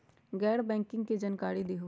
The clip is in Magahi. गैर बैंकिंग के जानकारी दिहूँ?